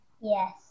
Yes